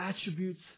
attributes